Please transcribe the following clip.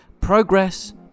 Progress